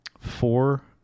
Four